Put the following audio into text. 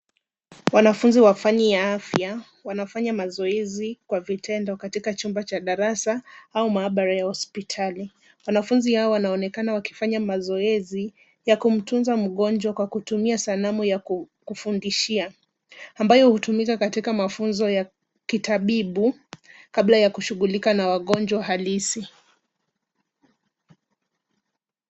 Wanafunzi wa fani ya afya, wanafanya mazoezi kwa vitendo katika chumba cha darasa au maabara ya hospitali. Wanafunzi hao wanaonekana wakifanya mazoezi ya kumtunza mgonjwa kwa kutumia sanamu ya kufundishia ambayo hutumika katika mafunzo ya kitabibu kabla ya kushughulika na wagonjwa halisi.